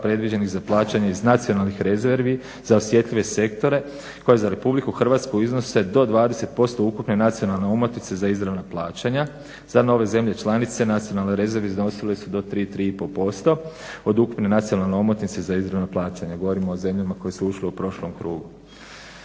predviđenih za plaćanje iz nacionalnih rezervi za osjetljive sektore koje je za Republiku Hrvatsku iznose do 20% ukupne nacionalne omotnice za izravna plaćanja, za nove zemlje članice, nacionalne rezerve iznosile do 3, 3,5% od ukupne nacionalne omotnice za izravna plaćanja. Govorimo zemljama koje su ušle u prošlom krugu.